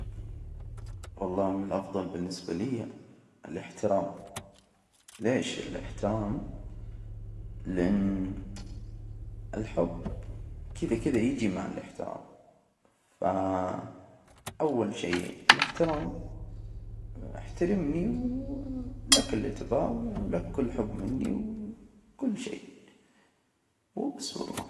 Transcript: والله من الأفضل بالنسبة لي الإحترام. ليش الاحترام؟ لأن الحب كدا- كدا يجي مع الإحترام ف أول شي الاحترام، احترمني و لك إللي تبغاه. ولك كل حب مني و كل شي، وبس والله.